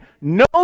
no